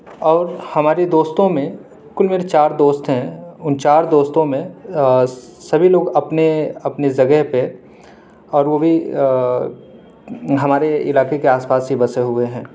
اور ہمارے دوستوں میں کل میرے چار دوست ہیں ان چار دوستوں میں سبھی لوگ اپنے اپنے جگہ پہ اور وہ بھی ہمارے علاقے کے آس پاس ہی بسے ہوئے ہیں